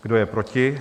Kdo je proti?